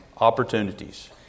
opportunities